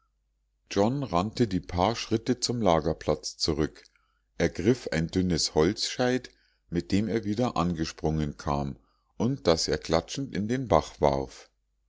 john rannte die paar schritte zum lagerplatz zurück ergriff ein dünnes holzscheit mit dem er wieder angesprungen kam und das er klatschend in den bach warf